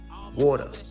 water